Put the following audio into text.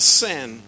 sin